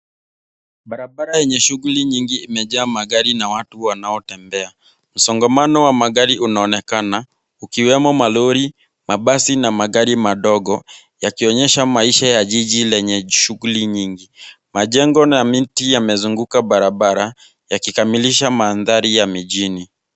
Barabara yenye shughuli nyingi imejaa magari na watu wanaotembea. Msongamano wa magari unaonekana ukiwemo malori, mabasi na magari madogo yakionyesha maisha ya jiji lenye shughuli nyingi. Majengo na miti yamezunguka barabara yakikamilisha mandhari ya mijini.